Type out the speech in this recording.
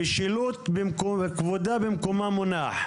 המשילות כבודה במקומה מונח,